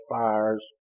fires